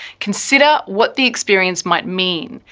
consider what the experience might mean.